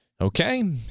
Okay